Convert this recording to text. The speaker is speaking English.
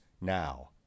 now